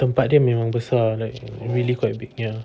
tempat dia memang besar like really quite big ya